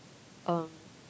um